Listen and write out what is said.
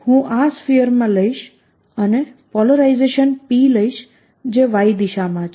હું આ સ્ફીયરમાં લઈશ અને પોલરાઇઝેશન P લઈશ જે y દિશામાં છે